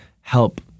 help